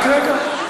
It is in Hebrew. רק רגע.